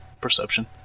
Perception